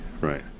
right